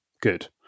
good